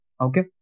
okay